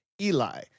Eli